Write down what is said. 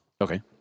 Okay